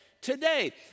today